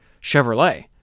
Chevrolet